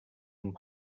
and